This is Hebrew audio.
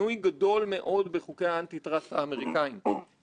חוק ה- Anti-trustשל קלייטון הוא חוק משמעותי,